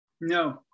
No